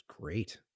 great